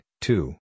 two